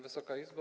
Wysoka Izbo!